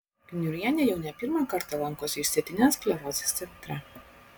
kniurienė jau ne pirmą kartą lankosi išsėtinės sklerozės centre